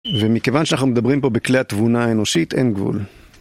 ומכיוון שאנחנו מדברים פה בכלי התבונה האנושית, אין גבול.